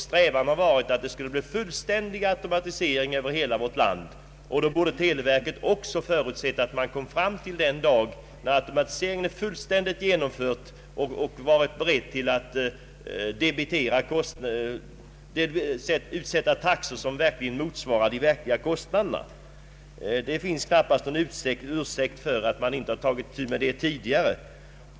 Strävan har hela tiden varit att det skulle bli fullständig automatisering över hela vårt land. Då borde televerket också ha förutsett att man skulle komma fram till den dag när automatiseringen är fullständigt genomförd och varit berett att fastställa taxor som motsvarar de verkliga kostnaderna. Det finns knappast någon ursäkt för att man inte tagit itu med detta tidigare.